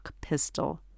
pistol